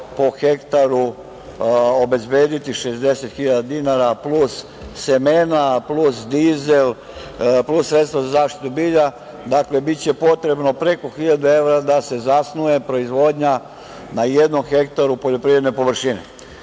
po hektaru obezbediti 60 hiljada dinara, plus semena, plus dizel, plus sredstva za zaštitu bilja, dakle biće potrebno preko hiljadu evra da se zasnuje proizvodnja na jednom hektaru poljoprivredne površine. Naravno